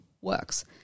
works